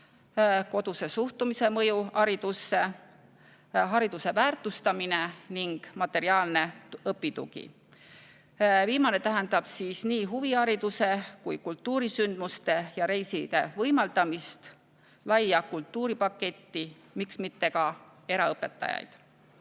koduse suhtumise mõju, hariduse väärtustamine, ning materiaalne õpitugi. Viimane tähendab nii huvihariduse kui kultuurisündmuste ja reiside võimaldamist, laia kultuuripaketti, miks mitte ka eraõpetajaid.